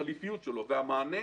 החליפיות שלו והמענה